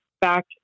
Back